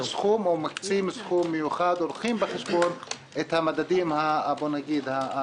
האם מקצים סכום מיוחד או לוקחים בחשבון את המדדים הבריאותיים